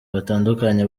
batandukanye